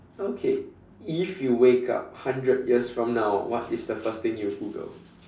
okay if you wake up hundred years from now what is the first thing you Google